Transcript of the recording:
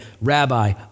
rabbi